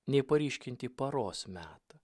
nei paryškinti paros metą